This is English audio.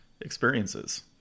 experiences